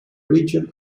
region